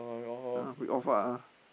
ah read off ah ah